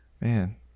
Man